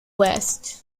west